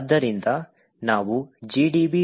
ಆದ್ದರಿಂದ ನಾವು gdb